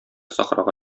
сахрага